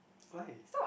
why